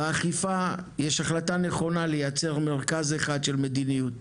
באכיפה יש החלטה נכונה לייצר מרכז אחד של מדיניות,